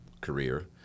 career